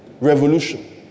revolution